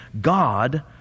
God